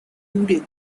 looted